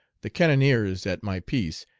the cannoneers at my piece,